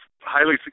highly